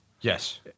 Yes